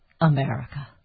America